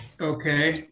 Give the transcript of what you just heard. Okay